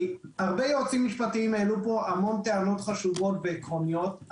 הרבה יועצים משפטיים העלו הרבה טענות חשובות ועקרוניות,